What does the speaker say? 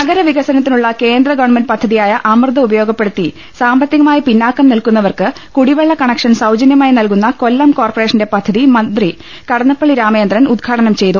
നഗര വികസനത്തിനുള്ള കേന്ദ്ര പദ്ധതിയായ അമൃത് ഉപയോഗപ്പെടുത്തി സാമ്പത്തികമായി പിന്നോക്കം നിൽക്കുന്നവർക്ക് കുടിവെള്ള കണക്ഷൻ സൌജന്യമായി നൽകുന്ന കൊല്ലം കോർപ്പറേഷന്റെ പദ്ധതി മന്ത്രി കടന്നപ്പള്ളി രാമചന്ദ്രൻ ഉദ്ഘാടനം ചെയ്തു